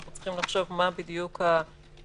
אנחנו צריכים לחשוב מה בדיוק האפשרויות.